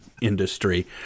industry